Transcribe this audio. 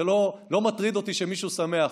זה לא מטריד אותי שמישהו שמח.